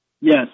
Yes